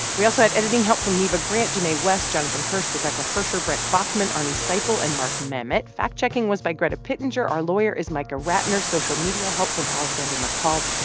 we also had editing from neva grant, jinae west, jonathan hirsch, rebecca hersher, brent baughman, arnie seipel and mark memmott. fact checking was by greta pittenger. our lawyer is micah ratner. social media help from alexander mccall.